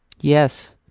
yes